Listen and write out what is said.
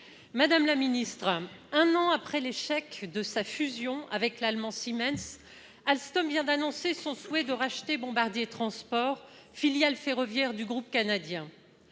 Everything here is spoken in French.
Madame la secrétaire d'État, un an après l'échec de sa fusion avec l'allemand Siemens, Alstom vient d'annoncer son souhait de racheter Bombardier Transport, filiale ferroviaire du groupe canadien.